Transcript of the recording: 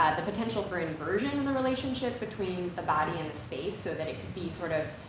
the potential for inversion in the relationship between the body and the space, so that it could be sort of,